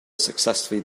successfully